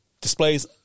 displays